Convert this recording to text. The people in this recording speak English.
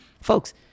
Folks